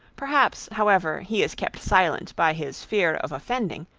perhaps, however, he is kept silent by his fear of offending,